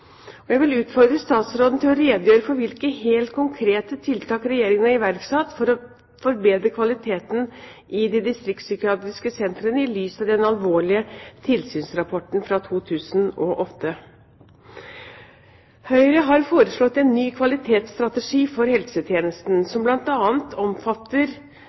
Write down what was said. spesialisthelsetjenesten. Jeg vil utfordre statsråden til å redegjøre for hvilke helt konkrete tiltak Regjeringen har iverksatt for å forbedre kvaliteten i de distriktspsykiatriske sentrene, i lys av den alvorlige tilsynsrapporten fra 2008. Høyre har foreslått en ny kvalitetsstrategi for helsetjenesten, som bl.a. omfatter